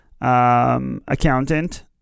accountant